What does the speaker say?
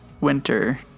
Winter